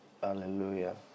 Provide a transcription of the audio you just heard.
Hallelujah